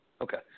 Okay